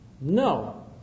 No